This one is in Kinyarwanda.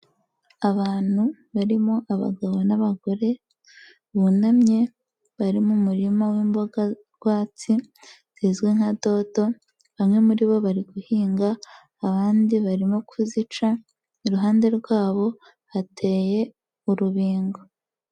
Abantu barimo abagabo n'abagore bunamye, bari mu murima w'imboga rwatsi zizwi nka dodo, bamwe muri bo bari guhinga abandi barimo kuzica, iruhande rwabo hateye urubingo.